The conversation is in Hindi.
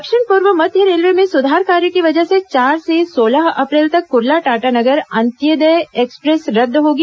दक्षिण पूर्व मध्य रेलवे में सुधार कार्य की वजह से चार से सोलह अप्रैल तक कुर्ला टाटा नगर अंत्यादेय एक्सप्रेस रद्द रहेगी